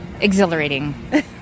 Exhilarating